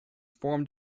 formed